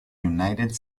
united